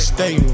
Stay